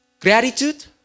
gratitude